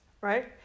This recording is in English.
right